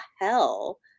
hell